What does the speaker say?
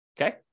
Okay